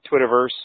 Twitterverse